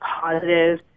positive